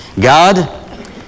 God